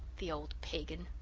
the old pagan!